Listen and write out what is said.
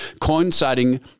coinciding